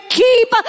keep